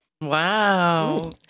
Wow